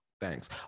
thanks